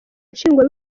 nshingwa